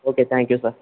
okay thank you sir